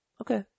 Okay